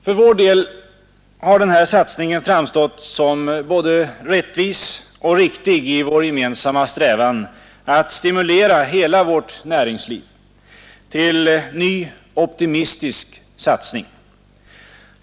För vår del har den här satsningen framstått som både rättvis och riktig i vår gemensamma strävan att stimulera hela vårt näringsliv till ny optimistisk satsning.